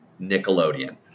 Nickelodeon